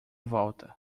volta